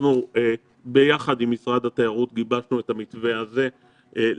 אנחנו ביחד עם משרד התיירות גיבשנו את המתווה הזה לתת